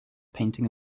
painting